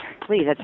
please